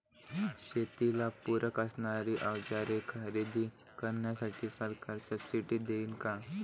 शेतीला पूरक असणारी अवजारे खरेदी करण्यासाठी सरकार सब्सिडी देईन का?